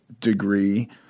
degree